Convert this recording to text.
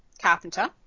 carpenter